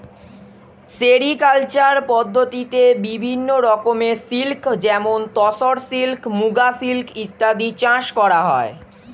sericulture পদ্ধতিতে বিভিন্ন রকমের সিল্ক যেমন তসর সিল্ক, মুগা সিল্ক ইত্যাদি চাষ করা হয়